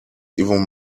even